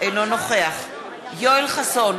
אינו נוכח יואל חסון,